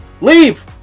leave